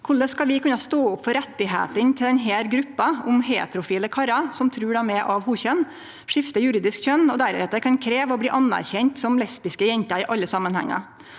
Korleis skal vi kunne stå opp for rettane til denne gruppa om heterofile karar som trur dei er av hokjønn, skifter juridisk kjønn og deretter kan krevje å bli anerkjente som lesbiske jenter i alle samanhengar?